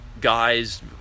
guys